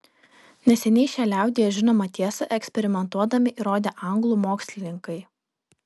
neseniai šią liaudyje žinomą tiesą eksperimentuodami įrodė anglų mokslininkai